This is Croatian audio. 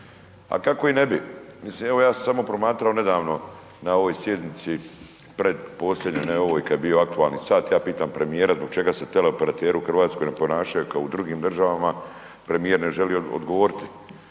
a kako i ne bi, mislim evo ja sam samo promatrao nedavno na ovoj sjednici, pretposljednjoj, ne ovoj kad je bio aktualni sat, ja pitam premijera zbog čega se teleoperateri u Hrvatskoj ne ponašaju kao u drugim državama, premijer ne želi odgovoriti